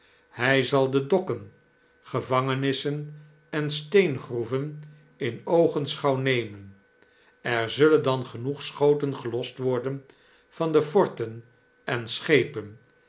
hij zal de dokken gevangenissen en steengroeven in oogenschouw nemen er zullen dan genoeg schoten gelost worden van de forten en schepen